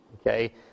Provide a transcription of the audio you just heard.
okay